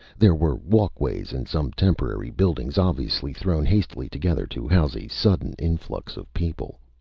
there were walkways and some temporary buildings obviously thrown hastily together to house a sudden influx of people.